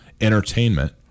entertainment